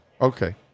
Okay